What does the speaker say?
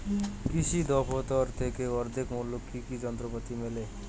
কৃষি দফতর থেকে অর্ধেক মূল্য কি কি যন্ত্রপাতি মেলে?